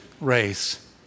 race